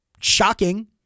shocking